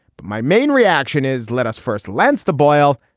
but my main reaction is let us first lanced the boil.